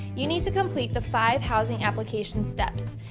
you need to complete the five housing application steps.